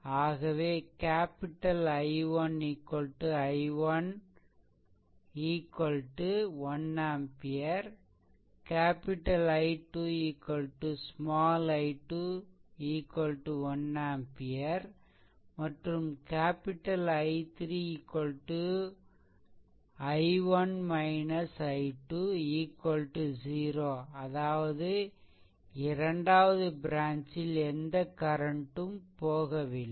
ஆகவே capital I1 i1 1 ampere capital I2 small I2 1 ampere மற்றும் capital I3 i1 i2 0 அதாவது இரண்டாவது ப்ரான்ச்ல் எந்த கரண்ட் ம் போகவில்லை